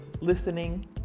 listening